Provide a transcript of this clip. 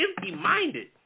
empty-minded